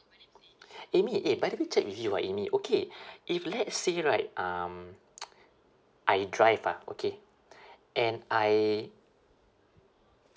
amy eh by the way check with you ah amy okay if let's say right um I drive ah okay and I